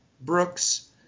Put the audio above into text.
Brooks